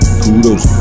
kudos